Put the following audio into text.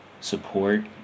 Support